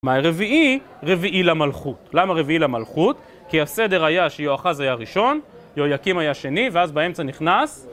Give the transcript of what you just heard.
מאי רביעי? רביעי למלכות. למה רביעי למלכות? כי הסדר היה שיהואחז היה ראשון, יהויקים היה שני ואז באמצע נכנס